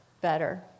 better